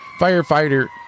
Firefighter